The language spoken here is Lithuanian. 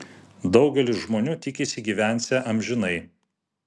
daugelis žmonių tikisi gyvensią amžinai